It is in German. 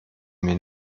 mir